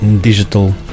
digital